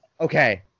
okay